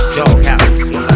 doghouse